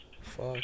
Fuck